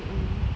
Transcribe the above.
mmhmm